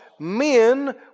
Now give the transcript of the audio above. Men